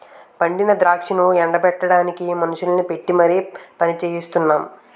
పండిన ద్రాక్షను ఎండ బెట్టడానికి మనుషుల్ని పెట్టీ మరి పనిచెయిస్తున్నాము